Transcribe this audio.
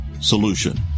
solution